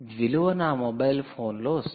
విలువ నా మొబైల్ ఫోన్లో వస్తుంది